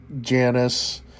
Janice